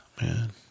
man